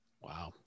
Wow